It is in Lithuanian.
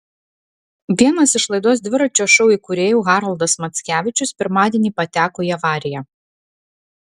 vienas iš laidos dviračio šou įkūrėjų haroldas mackevičius pirmadienį pateko į avariją